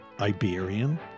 Iberian